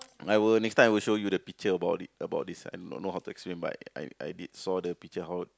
I will next time I will show you the picture about it about this I don't know how to explain but I I did saw the picture how